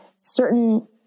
certain